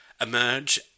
emerge